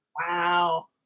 Wow